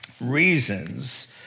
reasons